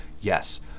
Yes